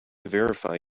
verify